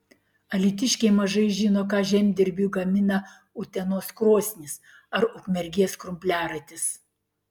alytiškiai mažai žino ką žemdirbiui gamina utenos krosnys ar ukmergės krumpliaratis